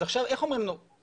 אז עכשיו איך אומרים --- כן,